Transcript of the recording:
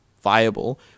viable